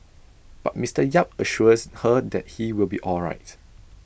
but Mister yap assures her that he will be all right